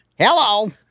Hello